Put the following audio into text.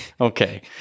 Okay